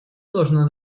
должна